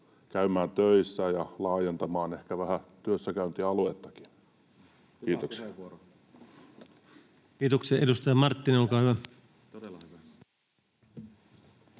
käymään töissä ja laajentamaan ehkä vähän työssäkäyntialuettakin? — Kiitoksia. Kiitoksia. — Edustaja Marttinen, olkaa hyvä.